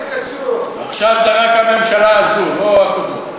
עכשיו זה רק הממשלה הזאת, לא הקודמות.